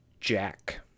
Jack